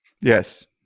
Yes